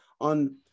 on